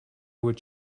would